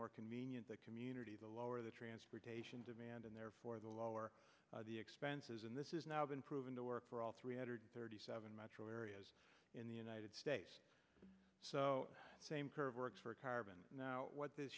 more convenient the community the lower the transportation demand and therefore the lower the expenses and this is now been proven to work for all three hundred thirty seven metro areas in the united states so the same curve works for carbon now what this